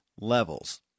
levels